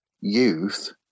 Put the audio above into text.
Youth